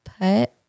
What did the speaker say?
put